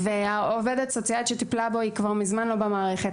והעובדת הסוציאלית שטיפלה בו כבר מזמן לא במערכת.